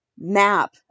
map